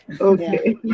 Okay